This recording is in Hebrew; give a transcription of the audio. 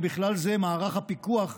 ובכלל זה מערך הפיקוח,